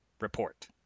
report